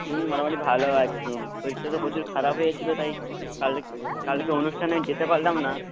হুম মোটামুটি ভালো আছি শরীরটা তো প্রচুর খারাপ হয়েছিল তাই কাল কালকে অনুষ্ঠানে যেতে পারলাম না